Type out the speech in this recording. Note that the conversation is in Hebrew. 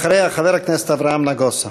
אחריה חבר הכנסת אברהם נגוסה.